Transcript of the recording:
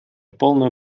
полную